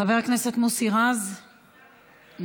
חבר הכנסת מוסי רז, מוותר.